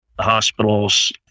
hospitals